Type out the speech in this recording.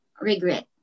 regret